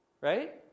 right